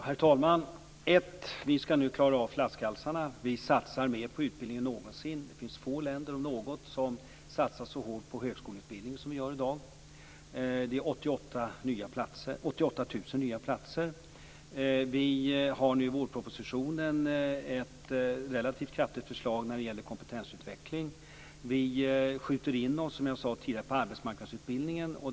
Herr talman! Först vill jag säga: Vi skall nu klara av flaskhalsarna. Vi satsar mer på utbildning än någonsin. Det finns få länder om något som satsar så hårt på högskoleutbildning som vi gör i dag. Det är 88 000 nya platser. Vi har i vårpropositionen ett relativt kraftfullt förslag när det gäller kompetensutveckling. Vi skjuter in oss, som jag sade tidigare, på arbetsmarknadsutbildningen.